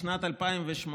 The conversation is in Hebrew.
בשנת 2018,